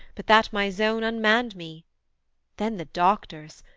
but that my zone unmanned me then the doctors!